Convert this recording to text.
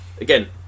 Again